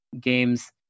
games